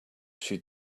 she